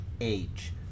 age